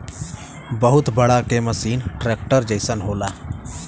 बहुत बड़ा के मसीन ट्रेक्टर जइसन होला